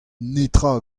netra